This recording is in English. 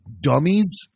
dummies